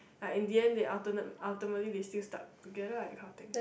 like in the end they ultimat~ ultimately they still stuck together lah that kind of thing